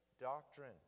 doctrine